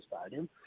stadium